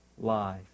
life